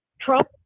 Trump